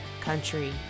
country